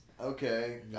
okay